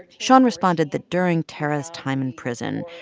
shon responded that during tarra's time in prison,